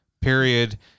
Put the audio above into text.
period